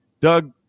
Doug